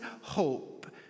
hope